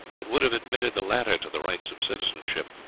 but would have admitted the latter to the rights of citizenship,